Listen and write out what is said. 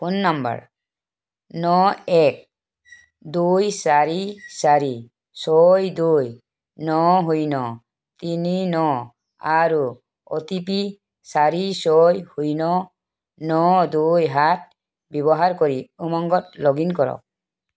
phone number ন এক দুই চাৰি চাৰি ছয় দুই ন শূণ্য তিনি ন আৰু অ'টিপি চাৰি ছয় শূণ্য ন দুই সাত ব্যৱহাৰ কৰি উমংগত লগ ইন কৰক